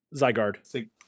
Zygarde